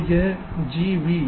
तो यह है G B